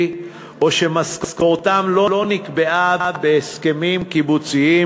או שמשכורתם לא נקבעה בהסכמים קיבוציים,